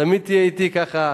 תמיד תהיה אתי ככה.